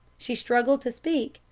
she struggled to speak,